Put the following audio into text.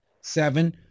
Seven